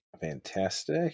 Fantastic